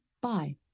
Bye